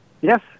Yes